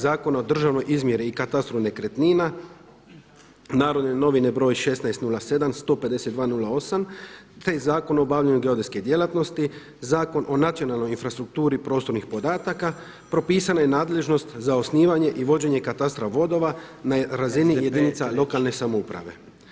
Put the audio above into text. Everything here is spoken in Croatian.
Zakona o državnoj izmjeri i katastru nekretnina Narodne novine broj 16/07., 152/08. te Zakon o obavljanju geodetske djelatnosti; Zakon o nacionalnoj infrastrukturi prostornih podataka propisana je nadležnost za osnivanje i vođenje katastra vodova na razini jedinica lokalne samouprave.